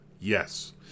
Yes